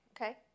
okay